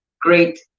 great